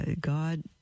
God